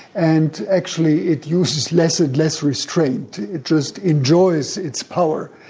and actually it uses less and less restraint, just enjoys its power.